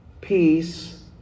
peace